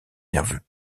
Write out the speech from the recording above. nerveux